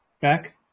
back